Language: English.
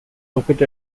located